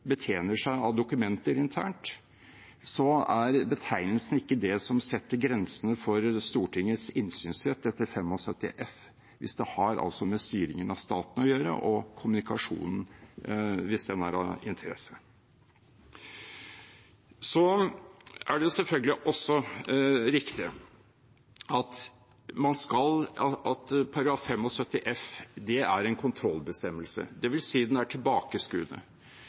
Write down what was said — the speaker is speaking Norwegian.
betjener seg av dokumenter internt, er betegnelsen ikke det som setter grensene for Stortingets innsynsrett etter § 75 f, hvis det har med styringen av staten å gjøre, og hvis kommunikasjonen er av interesse. Det er selvfølgelig også riktig at § 75 f er en kontrollbestemmelse, og det vil si at den er tilbakeskuende.